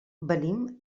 venim